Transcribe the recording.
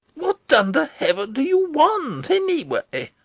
what under heaven do you want, anyway?